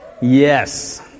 Yes